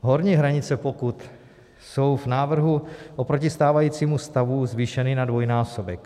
Horní hranice, pokud... jsou v návrhu oproti stávajícímu stavu zvýšeny na dvojnásobek.